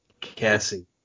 Cassie